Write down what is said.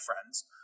friends